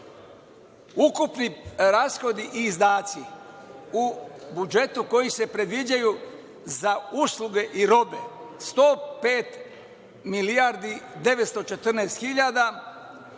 ukupni rashodi i izdaci u budžetu koji se predviđaju za usluge i robe, 105 milijardi 914 hiljada.